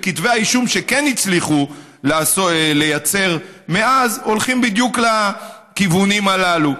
וכתבי האישום שכן הצליחו לייצר מאז הולכים בדיוק לכיוונים הללו.